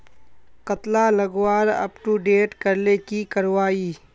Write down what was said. कतला लगवार अपटूडेट करले की करवा ई?